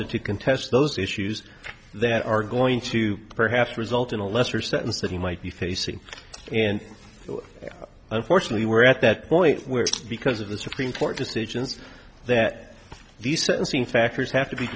o to contest those issues that are going to perhaps result in a lesser sentence that he might be facing and unfortunately we're at that point where because of the supreme court decisions that the sentencing factors have to be